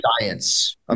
Giants